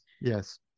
Yes